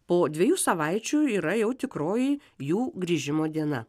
po dviejų savaičių yra jau tikroji jų grįžimo diena